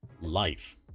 life